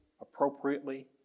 appropriately